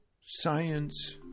Science